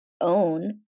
own